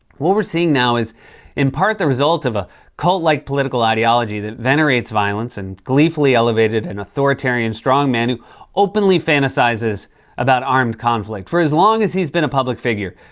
what we're seeing now is part the result of a cult-like political ideology that venerates violence and blithely elevated an authoritarian strongman who openly fantasizes about armed conflict. for as long as he's been a public figure,